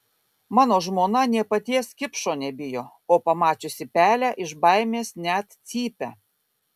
mano žmona nė paties kipšo nebijo o pamačiusi pelę iš baimės net cypia